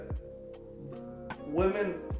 women